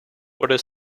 water